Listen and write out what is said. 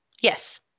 Yes